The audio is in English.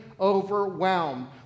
overwhelmed